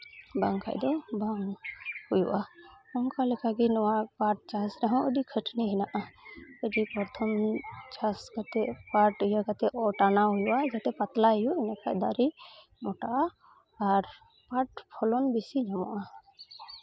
ᱵᱟᱝᱠᱷᱟᱡ ᱫᱚ ᱵᱟᱝ ᱦᱩᱭᱩᱜᱼᱟ ᱚᱱᱠᱟ ᱞᱮᱠᱟᱜᱮ ᱱᱚᱣᱟ ᱯᱟᱴ ᱪᱟᱥ ᱨᱮᱦᱚᱸ ᱟᱹᱰᱤ ᱠᱷᱟᱹᱴᱟᱱᱤ ᱦᱮᱱᱟᱜᱼᱟ ᱟᱹᱰᱤ ᱯᱨᱚᱛᱷᱚᱢ ᱪᱟᱥ ᱠᱟᱛᱮᱫ ᱯᱟᱴᱷ ᱤᱭᱟᱹ ᱠᱟᱛᱮᱫ ᱳᱴᱟᱱᱟᱭ ᱦᱩᱭᱩᱜᱼᱟ ᱡᱟᱛᱮ ᱯᱟᱛᱞᱟ ᱦᱩᱭᱩᱜ ᱮᱸᱰᱮᱠᱷᱟᱡ ᱫᱟᱨᱮ ᱢᱳᱴᱟᱜᱼᱟ ᱟᱨ ᱯᱟᱴ ᱯᱷᱚᱞᱚᱱ ᱵᱮᱥᱤ ᱧᱟᱢᱚᱜᱼᱟ